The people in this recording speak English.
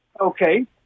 Okay